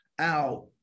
out